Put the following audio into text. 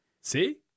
See